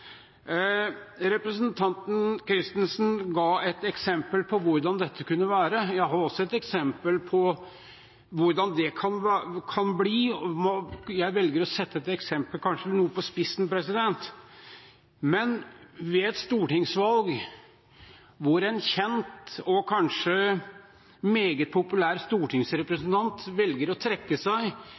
Representanten Christensen ga et eksempel på hvordan dette kunne være. Jeg har også et eksempel på hvordan det kan bli – jeg velger å sette dette eksemplet kanskje noe på spissen, men likevel: et stortingsvalg hvor en kjent og kanskje meget populær stortingsrepresentant velger å trekke seg